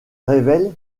révèle